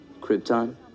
Krypton